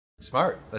Smart